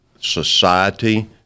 society